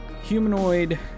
humanoid